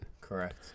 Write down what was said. Correct